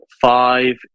Five